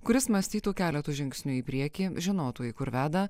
kuris mąstytų keletu žingsnių į priekį žinotų į kur veda